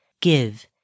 give